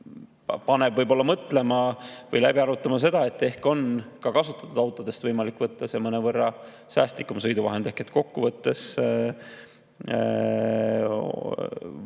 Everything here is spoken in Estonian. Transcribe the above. paneb võib-olla mõtlema või läbi arutama seda, et ehk on ka kasutatud autode seast võimalik leida mõnevõrra säästlikum sõiduvahend. Ehk kokkuvõttes võib